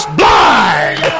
blind